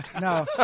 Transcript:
No